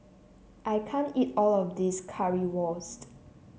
I can't eat all of this Currywurst